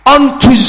Unto